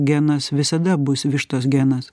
genas visada bus vištos genas